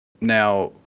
now